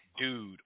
dude